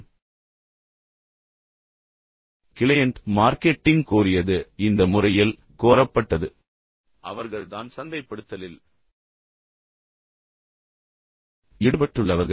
இப்போது client marketing கோரியது இந்த முறையில் கோரப்பட்டது எனவே அவர்கள் தான் சந்தைப்படுத்தலில் ஈடுபட்டுள்ளவர்கள்